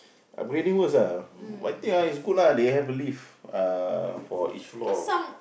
upgrading worse ah but I think ah it's good lah they have a lift uh for each floor